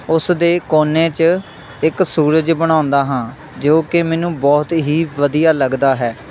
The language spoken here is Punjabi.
ਉਸ ਦੇ ਕੋਨੇ 'ਚ ਇੱਕ ਸੂਰਜ ਬਣਾਉਂਦਾ ਹਾਂ ਜੋ ਕਿ ਮੈਨੂੰ ਬਹੁਤ ਹੀ ਵਧੀਆ ਲੱਗਦਾ ਹੈ